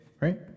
right